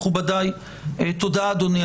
תודה אדוני,